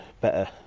better